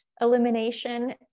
elimination